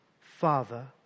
Father